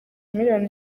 miliyoni